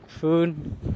food